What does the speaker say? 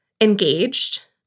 engaged